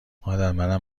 مادرمنم